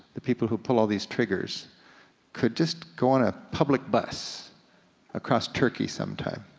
the people who pull all these triggers could just go on a public bus across turkey sometime.